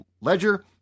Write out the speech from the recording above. Ledger